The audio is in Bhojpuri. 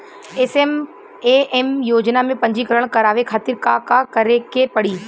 एस.एम.ए.एम योजना में पंजीकरण करावे खातिर का का करे के पड़ी?